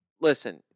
Listen